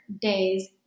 days